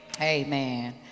Amen